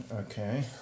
Okay